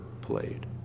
played